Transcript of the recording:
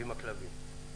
ועם הכלבים.